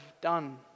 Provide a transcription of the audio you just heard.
done